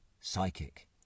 psychic